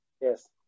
yes